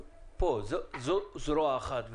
פה זו זרוע אחת,